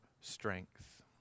strength